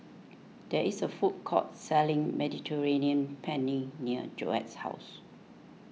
there is a food court selling Mediterranean Penne near Joette's house